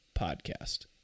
Podcast